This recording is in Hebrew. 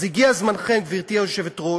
אז הגיע זמנכם, גברתי היושבת-ראש,